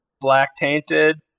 black-tainted